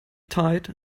tight